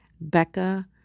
Becca